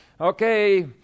okay